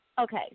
Okay